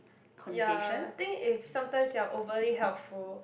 ya think if sometimes you're overly helpful